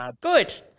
Good